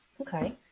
Okay